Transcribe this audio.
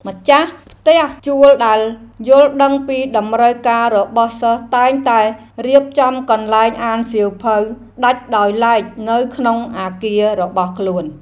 ម្ចាស់ផ្ទះជួលដែលយល់ដឹងពីតម្រូវការរបស់សិស្សតែងតែរៀបចំកន្លែងអានសៀវភៅដាច់ដោយឡែកនៅក្នុងអគាររបស់ខ្លួន។